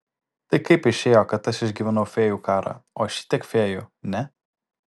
tai kaip išėjo kad aš išgyvenau fėjų karą o šitiek fėjų ne